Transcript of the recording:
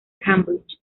cambridge